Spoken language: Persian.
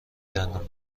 دندان